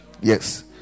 Yes